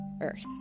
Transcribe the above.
Earth